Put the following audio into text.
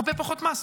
הרבה פחות מס.